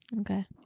okay